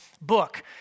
book